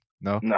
No